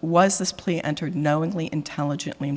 was this plea entered knowingly intelligently